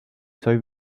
soy